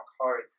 hard